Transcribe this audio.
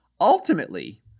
Ultimately